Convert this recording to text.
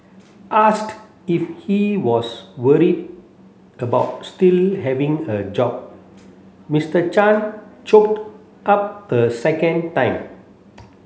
asked if he was worried about still having a job Mister Chan choked up a second time